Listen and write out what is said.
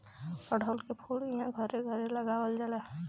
अढ़उल के फूल इहां घरे घरे लगावल जाला